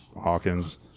Hawkins